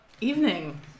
evening